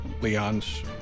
Leon's